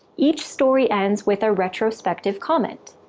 each story ends with a retrospective comment.